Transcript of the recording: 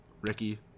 Ricky